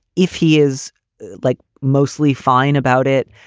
if he is like mostly fine about it,